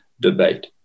debate